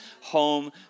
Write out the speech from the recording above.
home